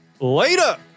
Later